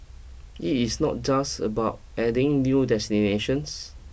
it is not just about adding new destinations